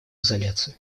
изоляции